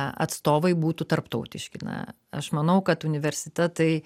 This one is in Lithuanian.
atstovai būtų tarptautiški na aš manau kad universitetai